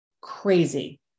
crazy